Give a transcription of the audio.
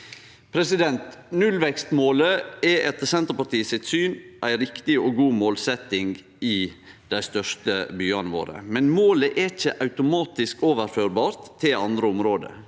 ansvar. Nullvekstmålet er etter Senterpartiet sitt syn ei riktig og god målsetjing i dei største byane våre, men målet er ikkje automatisk overførbart til andre område.